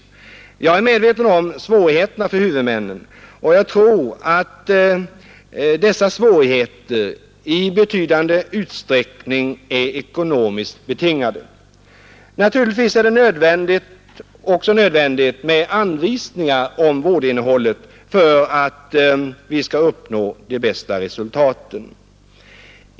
Jag är medveten om svårigheterna för huvudmännen. Och jag tror att dessa svårigheter i betydande grad är ekonomiskt betingade. Naturligtvis är det också nödvändigt med anvisningar om vårdinnehållet för att vi skall uppnå de bästa resultaten.